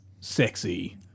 sexy